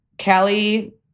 Callie